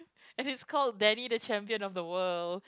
and it's called Danny the Champion of the World